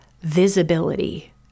visibility